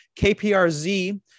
KPRZ